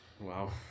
Wow